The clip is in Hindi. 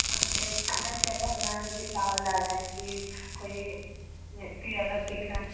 अब खाना कैसा बनाना है यह चावल दाल है कि कोई रेसिपी अलग सीखना है